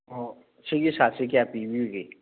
ꯑꯣ ꯁꯤꯒꯤ ꯁꯥꯔꯠꯁꯦ ꯀꯌꯥ ꯄꯤꯕꯤꯕꯒꯦ